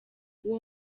uwo